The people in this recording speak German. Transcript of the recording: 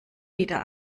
wieder